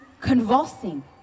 convulsing